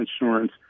insurance